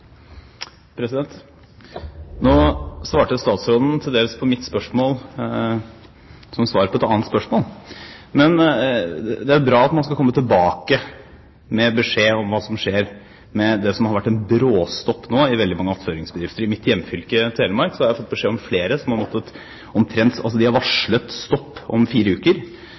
svarte statsråden nå til dels på mitt spørsmål. Det er bra at man skal komme tilbake med beskjed om hva som skjer, med tanke på at det har vært en bråstopp i veldig mange attføringsbedrifter. Fra mitt hjemfylke, Telemark, har jeg fått beskjed om at man har varslet stopp om fire uker. Jeg har